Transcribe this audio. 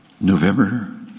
November